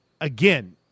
again